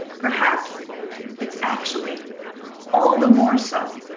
perhaps it's actually all the more so.